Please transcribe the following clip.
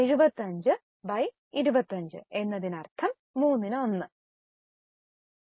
75 by 25 എന്നതിനർത്ഥം 3 നു 1